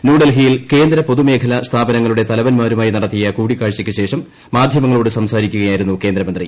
ന്യൂഡൽഹിയിൽകേന്ദ്ര പൊതുമേഖലാസ്ഥാപനങ്ങളുടെ തലവൻമാരുമായി നടത്തിയ കൂടിക്കാഴ്ചയ്ക്ക്ശേഷം മാധൃമങ്ങളോട് സംസാരിക്കുകയായിരുന്നു കേന്ദ്രമന്ത്രി